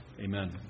Amen